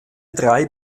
drei